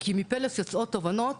כי מ"פלס" יוצאות תובנות